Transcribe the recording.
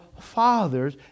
fathers